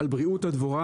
על בריאות הדבורה,